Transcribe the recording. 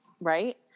right